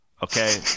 okay